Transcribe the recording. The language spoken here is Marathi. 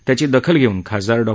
त्याची दखल घेऊन खासदार डॉ